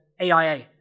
AIA